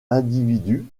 individus